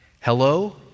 hello